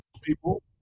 people